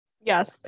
Yes